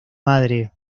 madre